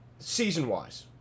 Season-wise